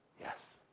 Yes